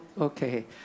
Okay